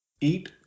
eat